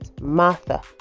Martha